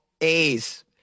A's